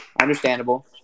understandable